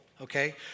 Okay